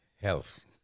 Health